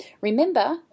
remember